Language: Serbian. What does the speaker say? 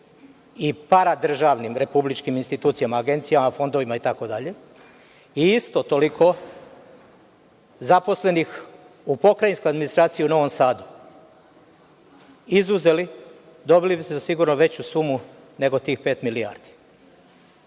i paradržavnim republičkim institucijama, agencijama, fondovima itd, i isto toliko zaposlenih u pokrajinskoj administraciji u Novom Sadu izuzeli, dobili biste sigurno veću sumu nego tih pet milijardi.